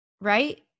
right